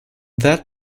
that